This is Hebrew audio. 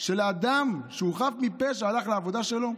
על אדם שהוא חף מפשע שהלך לעבודה שלו,